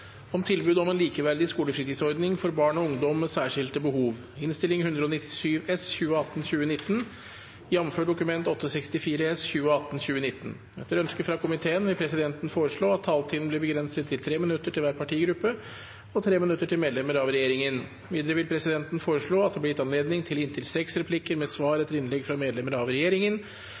om ordet til sak nr. 9. Etter ønske fra næringskomiteen vil presidenten foreslå at taletiden blir begrenset til 5 minutter til hver partigruppe og 5 minutter til medlemmer av regjeringen. Videre vil presidenten foreslå at det blir gitt anledning til replikkordskifte på inntil seks replikker med svar etter innlegg fra medlemmer av regjeringen,